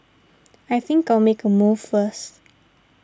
I think I'll make a move first